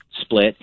split